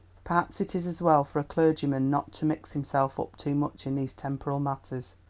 perhaps it is as well for a clergyman not to mix himself up too much in these temporal matters.